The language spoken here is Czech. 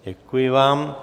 Děkuji vám.